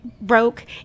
broke